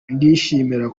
ndishimira